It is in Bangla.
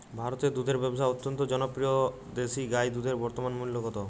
ভারতে দুধের ব্যাবসা অত্যন্ত জনপ্রিয় দেশি গাই দুধের বর্তমান মূল্য কত?